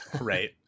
Right